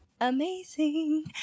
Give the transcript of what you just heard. Amazing